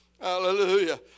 Hallelujah